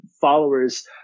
followers